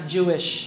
Jewish